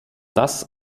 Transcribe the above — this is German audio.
das